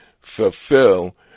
fulfill